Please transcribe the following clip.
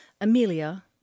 Amelia